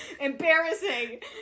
Embarrassing